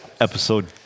episode